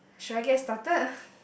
should I get started